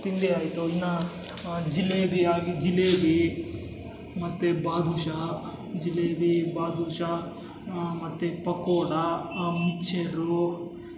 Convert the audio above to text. ತಿಂಡಿ ಆಯಿತು ಇನ್ನು ಜಿಲೇಬಿ ಆಗಿ ಜಿಲೇಬೀ ಮತ್ತು ಬಾದುಷಾ ಜಿಲೇಬಿ ಬಾದುಷಾ ಮತ್ತು ಪಕೋಡಾ ಮಿಕ್ಸ್ಚರೂ